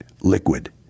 liquid